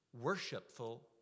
worshipful